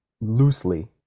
Loosely